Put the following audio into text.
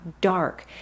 dark